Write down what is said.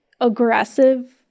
aggressive